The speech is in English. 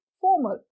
formal